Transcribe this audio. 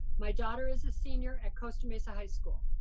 my daughter is a senior at costa mesa high school.